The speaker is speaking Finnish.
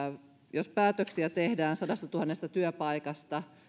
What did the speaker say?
jos päätöksiä tehdään sadastatuhannesta työpaikasta